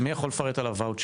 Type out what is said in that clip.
מי יכול לפרט על הוואוצ'רים?